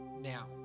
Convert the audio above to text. now